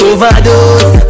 Overdose